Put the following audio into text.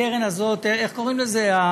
הקרן הזאת, איך קוראים לזה?